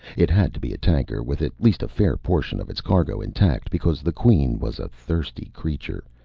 it had to be a tanker with at least a fair portion of its cargo intact, because the queen was a thirsty creature,